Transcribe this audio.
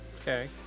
Okay